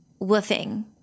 woofing